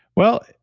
well,